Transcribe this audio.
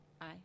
Aye